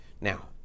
Now